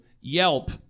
yelp